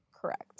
Correct